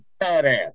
badass